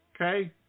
Okay